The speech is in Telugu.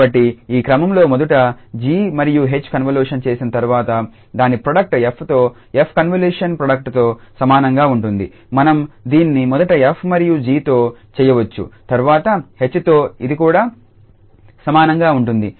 కాబట్టి ఈ క్రమంలో మొదట 𝑔 మరియు ℎ కన్వల్యూషన్ చేసిన తర్వాత దాని ప్రోడక్ట్ 𝑓తో 𝑓 కన్వల్యూషన్ ప్రోడక్ట్తో సమానంగా ఉంటుంది మనం దీన్ని మొదట 𝑓 మరియు 𝑔తో చేయవచ్చు తర్వాత ℎతో ఇది కూడా సమానంగా ఉంటుంది